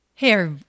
Hey